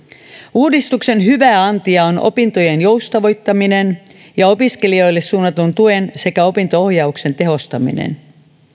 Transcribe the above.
uudistuksen hyvää antia on opintojen joustavoittaminen ja opiskelijoille suunnatun tuen sekä opinto ohjauksen tehostaminen